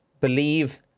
believe